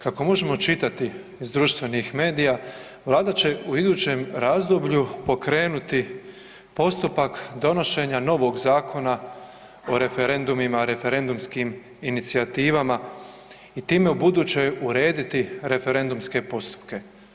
Kako možemo čitati iz društvenih medija vlada će u idućem razdoblju pokrenuti postupak donošenja novog Zakona o referendumima i referendumskim inicijativama i time ubuduće urediti referendumske postupke.